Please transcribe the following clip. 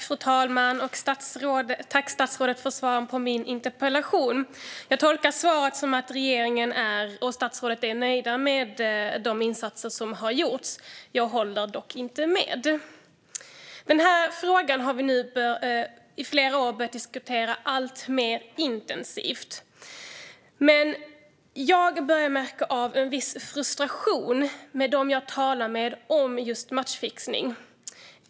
Fru talman! Jag tackar statsrådet för svaret på min interpellation. Jag tolkar svaret som att regeringen och statsrådet är nöjda med de insatser som har gjorts. Jag håller dock inte med. Den här frågan har vi i flera år diskuterat alltmer intensivt. Men jag börjar märka av en viss frustration hos dem jag talar med om matchfixning.